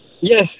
Yes